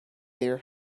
their